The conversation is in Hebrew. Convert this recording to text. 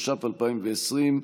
התש"ף 2020,